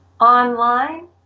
online